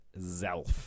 zelf